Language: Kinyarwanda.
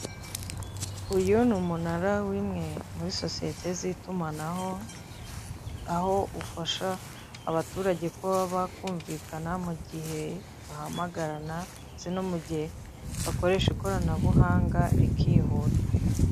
Uyu numunara wimwe muri sosiyete zitumanaho, aho ufasha abaturage kuba bakumvikana mugihe bahamagarana ndetse no mugihe bakoresha ikoranabuhanga rikihuta.